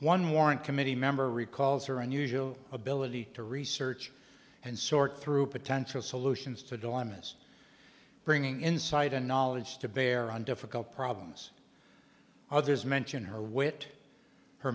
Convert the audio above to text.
one warrant committee member recalls her unusual ability to research and sort through potential solutions to dilemmas bringing insight and knowledge to bear on difficult problems others mention her wit her